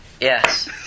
Yes